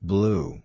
Blue